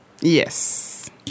Yes